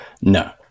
No